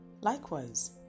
likewise